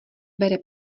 bere